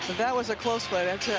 that was a close but